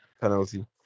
penalty